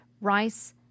rice